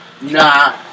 Nah